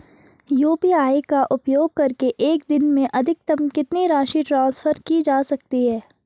UPI का उपयोग करके एक दिन में अधिकतम कितनी राशि ट्रांसफर की जा सकती है?